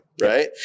Right